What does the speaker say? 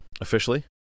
Officially